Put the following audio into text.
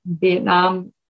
Vietnam